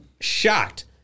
shocked